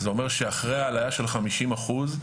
זה אומר שאחרי העלאה של חמישים אחוז,